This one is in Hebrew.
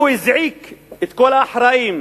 והוא הזעיק את כל האחראים